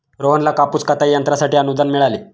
रोहनला कापूस कताई यंत्रासाठी अनुदान मिळाले